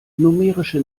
numerische